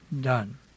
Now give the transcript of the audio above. done